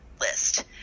list